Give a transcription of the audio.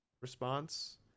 response